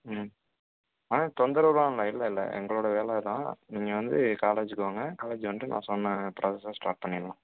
தொந்தரவு எல்லாம் இல்லை இல்லை இல்லை எங்களோட வேலை அதான் நீங்கள் வந்து காலேஜுக்கு வாங்க காலேஜு வந்துவிட்டு நான் சொன்ன புரோசெஸ்ஸை ஸ்டார்ட் பண்ணிவிடலாம்